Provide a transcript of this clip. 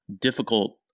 difficult